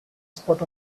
spot